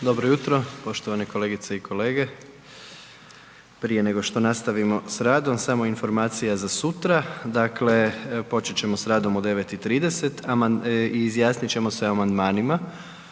Dobro jutro, poštovane kolegice i kolege. Prije nego što nastavimo sa radom, samo informacija za sutra, dakle početi ćemo radom u 9,30 i izjasniti ćemo se o amandmanima